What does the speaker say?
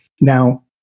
Now